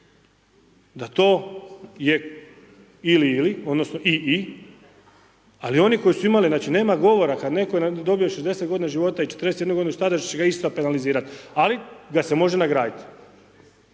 da to je ili-ili odnosno i-i, ali oni koji su imali, znači nema govora kad netko ne dobije 60 g. života i 41 g. staža da će ga ista penalizirati ali ga se može nagraditi.